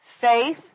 faith